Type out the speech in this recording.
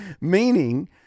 Meaning